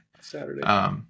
Saturday